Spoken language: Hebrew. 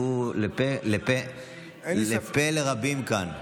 הוא פה לרבים כאן.